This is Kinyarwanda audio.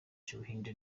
cy’ubuhinde